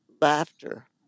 laughter